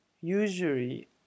Usually